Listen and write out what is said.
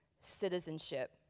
citizenship